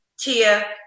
Tia